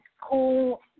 cool